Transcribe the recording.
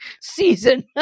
season